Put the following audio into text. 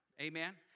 Amen